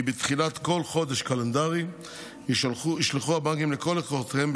כי בתחילת כל חודש קלנדרי ישלחו הבנקים לכל לקוחותיהם,